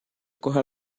corra